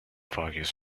focus